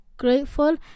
Grateful